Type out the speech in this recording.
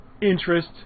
interest